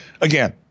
again